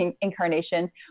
incarnation